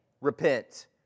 repent